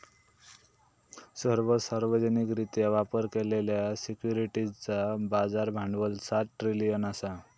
सर्व सार्वजनिकरित्या व्यापार केलेल्या सिक्युरिटीजचा बाजार भांडवल सात ट्रिलियन असा